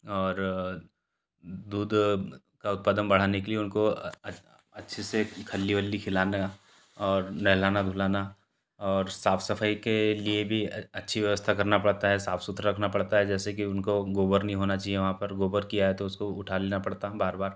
और दूध का उत्पादन बढ़ाने के लिए उनको अच्छे से खल्ली वल्ली खिलाना और नहलाना धुलाना और साफ़ सफ़ाई के लिए भी अच्छी व्यवस्था करना पड़ता है साफ़ सुथरा रखना पड़ता है जैसे कि उनको गोबर नहीं होना चाहिए वहाँ पर गोबर किया है तो उसको उठा लेना पड़ता है बार बार